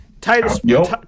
Titus